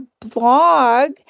blog